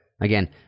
Again